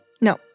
No